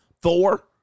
Thor